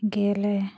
গেলে